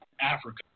Africa